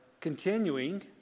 continuing